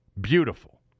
Beautiful